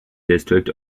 district